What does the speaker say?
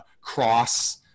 cross